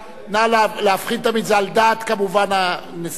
נא להבחין תמיד, זה על דעת, כמובן, הנשיאות.